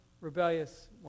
rebellious